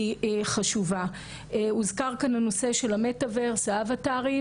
הזמן הזאת כדאי לשקול גם את ההרחבה בהיבט הזה.